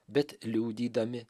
bet liudydami